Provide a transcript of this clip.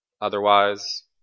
Otherwise